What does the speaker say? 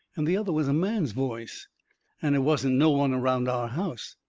and the other was a man's voice and it wasn't no one around our house.